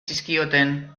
zizkioten